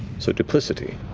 so duplicity